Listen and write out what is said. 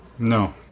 No